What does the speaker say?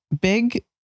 big